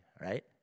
right